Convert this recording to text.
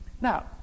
Now